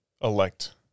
elect